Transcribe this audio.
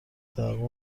تحقق